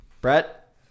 Brett